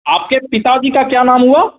आपके पिता जी का क्या नाम हुआ